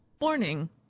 morning